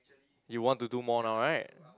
you want to do more now right